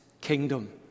kingdom